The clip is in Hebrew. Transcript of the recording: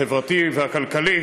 החברתי והכלכלי.